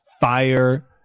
fire